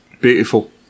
beautiful